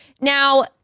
Now